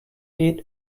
eight